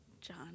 John